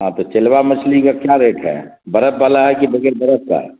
ہاں تو چیلوا مچھلی کا کیا ریٹ ہے برف والا ہے کہ بغیر برف کا ہے